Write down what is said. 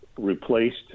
Replaced